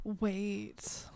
wait